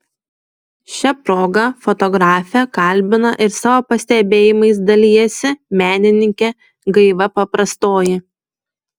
šia proga fotografę kalbina ir savo pastebėjimais dalijasi menininkė gaiva paprastoji